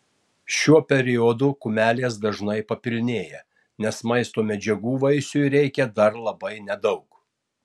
šiuo periodu kumelės dažnai papilnėja nes maisto medžiagų vaisiui reikia dar labai nedaug